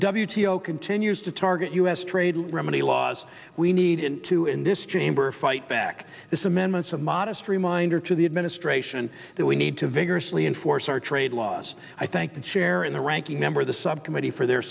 o continues to target us trade remedy laws we needed to in this chamber fight back this amendments of modest reminder to the administration that we need to vigorously enforce our trade laws i thank the chair and the ranking member of the subcommittee for their